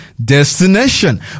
destination